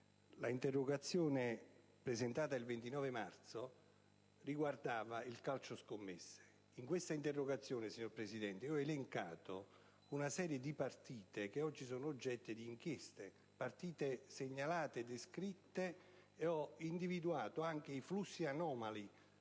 finanze e delle politiche europee), riguardante il calcio scommesse. In questa interrogazione, signor Presidente, ho elencato una serie di partite che oggi sono oggetto di inchieste, partite segnalate e descritte, individuando anche i flussi anomali